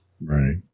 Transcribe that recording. Right